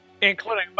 Including